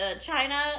China